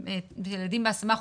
ילדים בהשמה חוץ-ביתית,